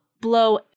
blow